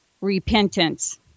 Repentance